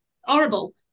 horrible